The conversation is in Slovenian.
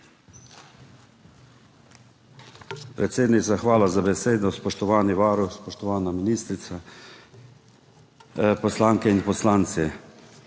Predsednica, hvala za besedo. Spoštovani varuh, spoštovana ministrica, poslanke in poslanci!